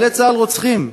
לחיילי צה"ל, "רוצחים".